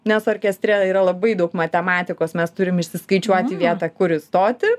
nes orkestre yra labai daug matematikos mes turim išsiskaičiuoti vietą kur įstoti